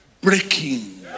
breaking